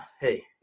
Hey